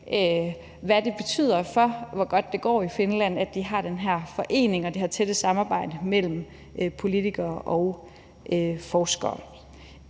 hvad det betyder for, hvor godt det går i Finland, at de har den her forening og det her tætte samarbejde mellem politikere og forskere.